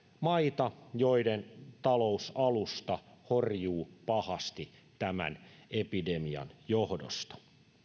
maita joiden talousalusta horjuu pahasti tämän epidemian johdosta